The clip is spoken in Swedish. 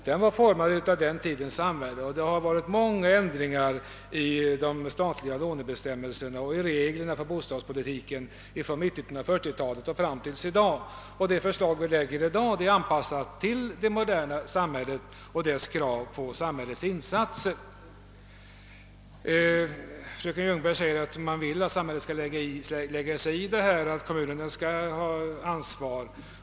Denna var formad av den tidens samhälle, och det har gjorts många ändringar i de statliga lånebestämmelserna och i reglerna för bostadspolitiken sedan dess. Det förslag vi lägger fram i dag är anpassat efter den moderna tidens krav på samhällsinsatser. Fröken Ljungberg säger att man vill att samhället skall blanda sig i kommunernas ansvarsfråga.